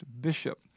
bishop